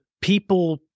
people